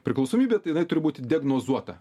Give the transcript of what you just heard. priklausomybė tai jinai turi būti diagnozuota